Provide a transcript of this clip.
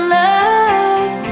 love